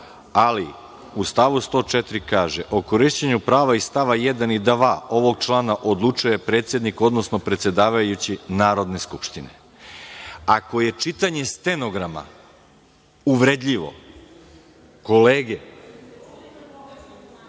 ali u članu 104. kaže – o korišćenju prava iz stava 1. i 2. ovog člana odlučuje predsednik, odnosno predsedavajući Narodne skupštine. Ako je čitanje stenograma uvredljivo, kolege,